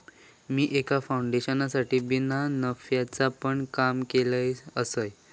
मी एका फाउंडेशनसाठी बिना नफ्याचा पण काम केलय आसय